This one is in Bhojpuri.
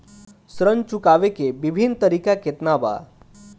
ऋण चुकावे के विभिन्न तरीका केतना बा?